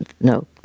no